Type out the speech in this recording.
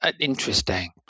interesting